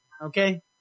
Okay